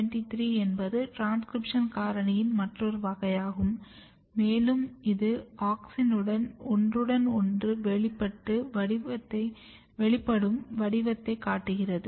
GATA23 என்பது transcription காரணியின் மற்றொரு வகையாகும் மேலும் இது ஆக்ஸினுடன் ஒன்றுடன் ஒன்று வெளிப்படும் வடிவத்தைக் காட்டுகிறது